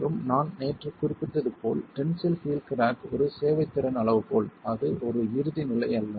மற்றும் நான் நேற்று குறிப்பிட்டது போல் டென்சில் ஹீல் கிராக் ஒரு சேவைத்திறன் அளவுகோல் அது ஒரு இறுதி நிலை அல்ல